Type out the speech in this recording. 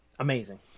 Amazing